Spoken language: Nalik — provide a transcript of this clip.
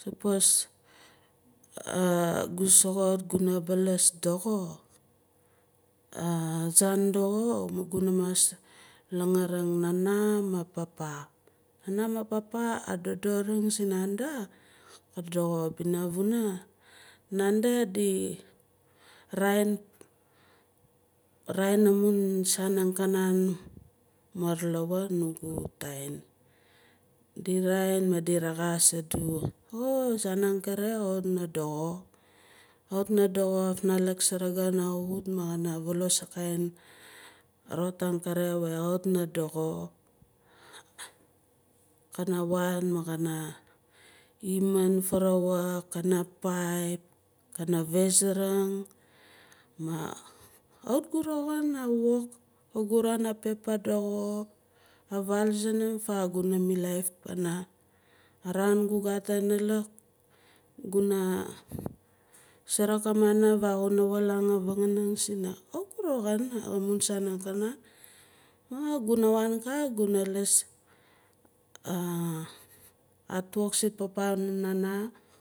sapos gu soxot guna baalas soxo azaan doxo guna mas langaaring nana maah papa nana maah papa adoring sinanda ka doxo panavuna nanda di raa- in amun saan angkanan murlawa nugu tain di raa- in maah di rexas adu ooh amun saan angkere kawit naah doxo mah kawit na doxo afnalak surugu kana wut maah kana walos a vot angkere kawit na doxo kana wana ma kana himin arawuk kana pipe kana fezaring kawit gu roxin a wok ma gu roxin a pepa doxo avaal guna suruk a moni vaah kuna wulaang avanganing sina kawit gu roxin amun saan angkanan maan guna waan ka guna liis a hatwok siin papa maah nana.